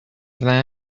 that